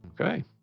Okay